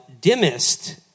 dimmest